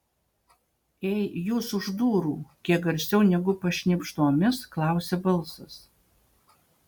ei jūs už durų kiek garsiau negu pašnibždomis klausia balsas